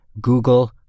Google